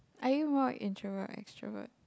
are you more introvert or extrovert